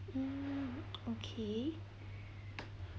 mm okay